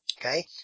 Okay